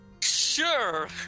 Sure